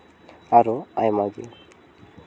ᱟᱨᱚ ᱟᱭᱢᱟ ᱜᱮ